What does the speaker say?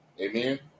Amen